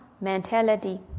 mentality